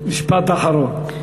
משפט אחרון.